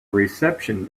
reception